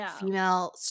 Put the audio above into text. female